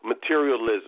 materialism